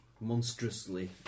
monstrously